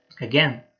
again